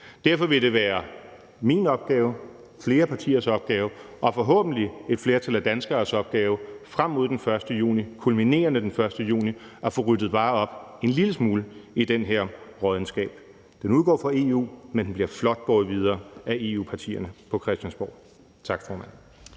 Derfor vil det være min opgave, flere partiers opgave og forhåbentlig et flertal af danskeres opgave frem mod den 1. juni og kulminerende den 1. juni at få ryddet bare en lille smule op i den her råddenskab. Den udgår fra EU, men den bliver flot båret videre af EU-partierne på Christiansborg. Tak, formand.